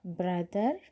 brother